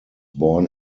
born